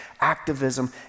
activism